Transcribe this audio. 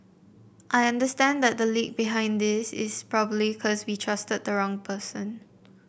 I understand that the leak behind this is probably be trusted the wrong person